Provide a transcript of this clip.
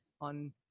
on